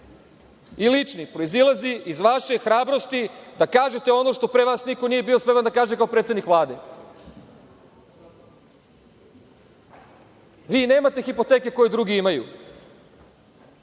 i lični proizilazi iz vaše hrabrosti da kažete ono što pre vas niko nije bio spreman da kaže kao predsednik Vlade. Vi nemate hipoteke koje drugi imaju.